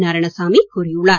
நாராயணசாமி கூறியுள்ளார்